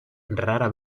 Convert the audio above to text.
rara